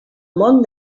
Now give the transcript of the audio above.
món